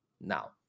Now